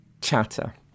chatter